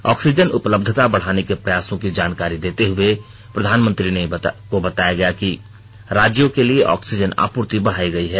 oxygen उपलब्धता बढ़ाने के प्रयासों की जानकारी देते हुए प्रधानमंत्री को बताया गया कि राज्यों के लिये ऑक्सीजन आपूर्ति बढ़ाई गई है